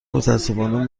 متأسفانه